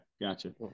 Gotcha